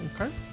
Okay